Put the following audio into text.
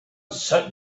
certain